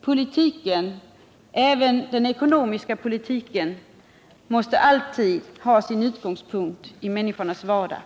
Politiken — även den ekonomiska politiken — måste alltid ha sin utgångspunkt i människornas vardag.